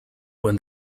when